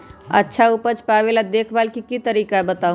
अच्छा उपज पावेला देखभाल के तरीका बताऊ?